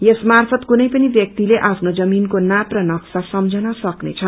यस मार्फत कुनै पनि व्याक्ति आफ्नो जमीनको नाप र का सम्झन सक्नेछ